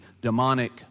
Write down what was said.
demonic